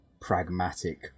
pragmatic